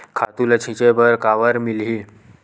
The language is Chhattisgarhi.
खातु ल छिंचे बर काबर मिलही?